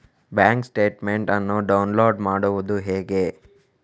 Bank statement ಅನ್ನು download ಮಾಡುವುದು ಹೇಗೆ?